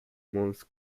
mons